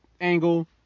angle